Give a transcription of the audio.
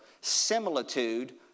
similitude